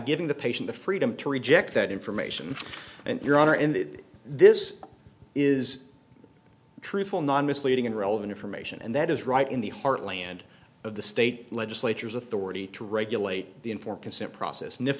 giving the patient the freedom to reject that information and your honor in that this is truthful non misleading and relevant information and that is right in the heartland of the state legislature's authority to regulate the informed consent process nif